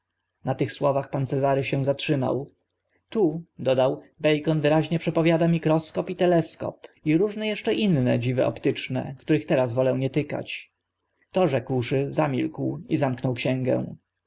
na tych słowach pan cezary się zatrzymał tu dodał bacon wyraźnie przepowiada mikroskop i teleskop i różne eszcze inne dziwy optyczne których teraz wolę nie tykać to rzekłszy zamilkł i zamknął księgę